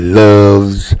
loves